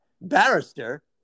barrister